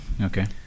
Okay